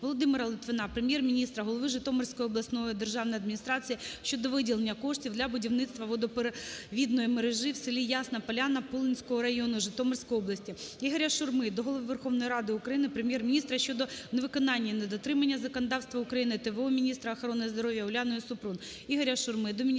Володимира Литвина до Прем'єр-міністра, голови Житомирської обласної державної адміністрації щодо виділення коштів для будівництва водопровідної мережі в с. Ясна Поляна Пулинського району Житомирської області. Ігоря Шурми до Голови Верховної Ради України, Прем'єр-міністра щодо невиконання й недотримання законодавства України т.в.о. міністра охорони здоров`я Уляною Супрун.